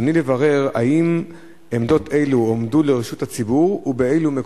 רצוני לברר אם עמדות אלו הועמדו לרשות הציבור ובאילו מקומות.